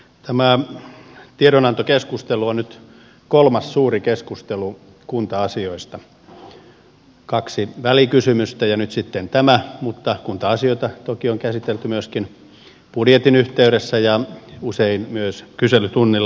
tämä tiedonantokeskustelu on nyt kolmas suuri keskustelu kunta asioista kaksi välikysymystä ja nyt sitten tämä mutta kunta asioita toki on käsitelty myöskin budjetin yhteydessä ja usein myös kyselytunnilla